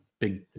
big